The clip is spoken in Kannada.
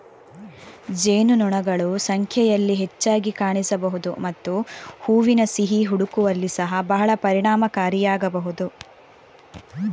ಜೇನುನೊಣಗಳು ಸಂಖ್ಯೆಯಲ್ಲಿ ಹೆಚ್ಚಾಗಿ ಕಾಣಿಸಬಹುದು ಮತ್ತು ಹೂವಿನ ಸಿಹಿ ಹುಡುಕುವಲ್ಲಿ ಸಹ ಬಹಳ ಪರಿಣಾಮಕಾರಿಯಾಗಬಹುದು